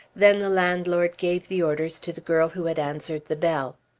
then the landlord gave the orders to the girl who had answered the bell.